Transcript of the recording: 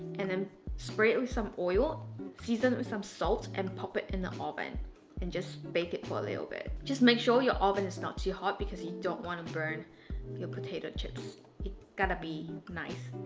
and then spray it with some oil season with some salt and pop it in the oven and just bake it for a little bit. just make sure your oven is not too hot because you don't want to burn your potato chips. it gotta be nice.